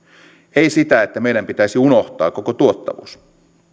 ei sitä että meidän pitäisi unohtaa koko tuottavuus